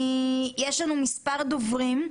יש לנו מספר דוברים.